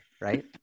Right